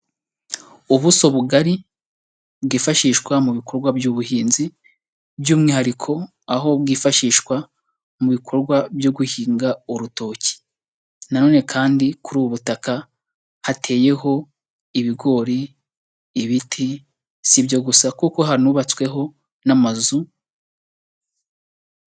Ubuso bugari bwifashishwa mu bikorwa by'ubuhinzi by'umwihariko aho bwifashishwa mu bikorwa byo guhinga urutoki, na none kandi kuri ubu butaka hateyeho ibigori, ibiti, si ibyo gusa kuko hanubatsweho n'amazu.